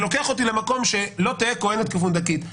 זה לוקח אותי למקום שלא תְהֵא כהֶנֶת כַּפֻּנְדָּקִית.